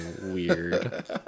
weird